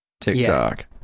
TikTok